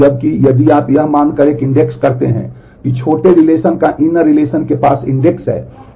जबकि यदि आप यह मानकर एक इंडेक्स करते हैं कि छोटे रिलेशन है